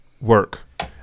work